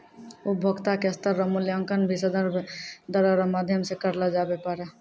उपभोक्ता के स्तर रो मूल्यांकन भी संदर्भ दरो रो माध्यम से करलो जाबै पारै